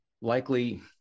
likely